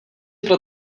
pro